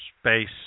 Space